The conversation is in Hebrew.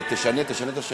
ההצעה להעביר את הנושא